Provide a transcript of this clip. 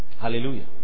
Hallelujah